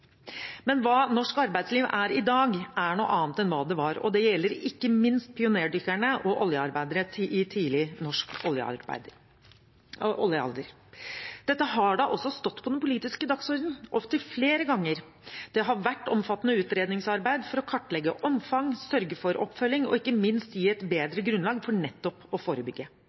Men hva norsk arbeidsliv er i dag, er noe annet enn hva det var, og det gjelder ikke minst pionerdykkerne og oljearbeiderne i tidlig norsk oljealder. Dette har da også stått på den politiske dagsordenen opptil flere ganger. Det har vært omfattende utredningsarbeid for å kartlegge omfang, sørge for oppfølging og ikke minst gi et bedre grunnlag for nettopp å forebygge.